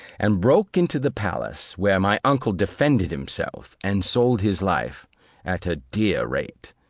and broke into the palace where my uncle defended himself, and sold his life at a dear rate.